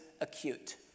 acute